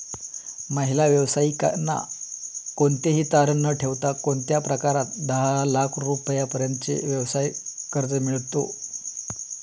महिला व्यावसायिकांना कोणतेही तारण न ठेवता कोणत्या प्रकारात दहा लाख रुपयांपर्यंतचे व्यवसाय कर्ज मिळतो?